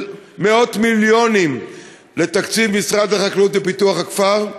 מאות מיליונים בתקציב משרד החקלאות ופיתוח הכפר.